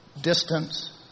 Distance